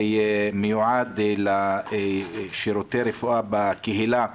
שמיועד לשירותי רפואה בקהילה,